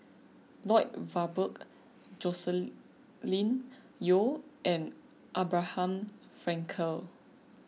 Lloyd Valberg Joscelin Yeo and Abraham Frankel